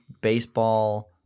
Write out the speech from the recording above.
baseball